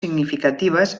significatives